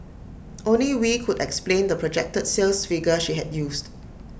only wee could explain the projected sales figure she had used